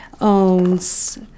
owns